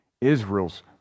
Israel's